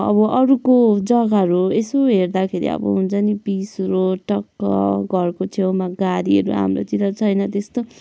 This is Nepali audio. अब अरूको जग्गाहरू यसो हेर्दाखेरि अब हुन्छ नि पिच रोड टक्क घरको छेउमा गाडीहरू हाम्रोतिर छैन त्यस्तो